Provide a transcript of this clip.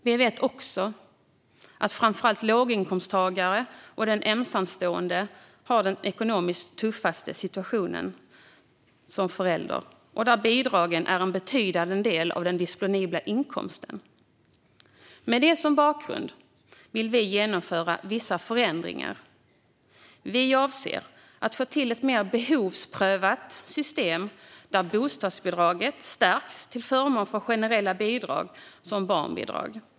Vi vet också att framför allt låginkomsttagare och ensamstående har en ekonomiskt tuff situation som föräldrar. Där är bidragen en betydande del av den disponibla inkomsten. Med det som bakgrund vill vi genomföra vissa förändringar. Vi avser att få till ett mer behovsprövat system, där bostadsbidraget stärks i stället för generella bidrag som barnbidrag.